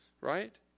right